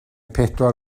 pedwar